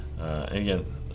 Again